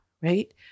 right